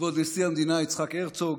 כבוד נשיא המדינה יצחק הרצוג,